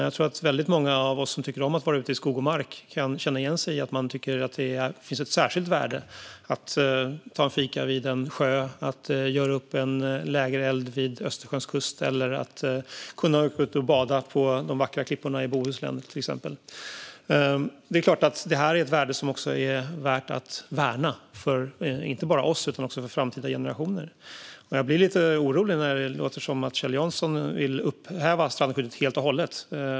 Jag tror att väldigt många av oss som tycker om att vara ute i skog och mark kan känna igen oss i att man tycker att det finns ett särskilt värde i att ta en fika vid en sjö, göra upp en lägereld vid Östersjöns kust eller kunna åka ut och bada på de vackra klipporna i Bohuslän. Det är klart att det här är något som är värt att värna inte bara för oss utan också för framtida generationer. Jag blir lite orolig när det låter som om Kjell Jansson vill upphäva strandskyddet helt och hållet.